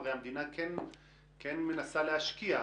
הרי המדינה כן מנסה להשקיע.